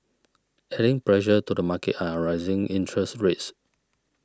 adding pressure to the market are rising interest rates